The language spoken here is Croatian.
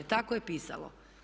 Tako je pisalo.